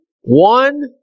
one